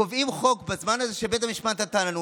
קובעים זמן בזמן שבית המשפט נתן לנו.